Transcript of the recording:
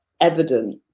evident